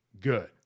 good